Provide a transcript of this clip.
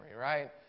right